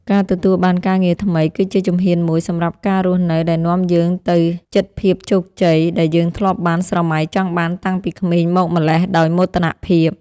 ការទទួលបានការងារថ្មីគឺជាជំហានមួយសម្រាប់ការរស់នៅដែលនាំយើងទៅជិតភាពជោគជ័យដែលយើងធ្លាប់បានស្រមៃចង់បានតាំងពីក្មេងមកម្ល៉េះដោយមោទនភាព។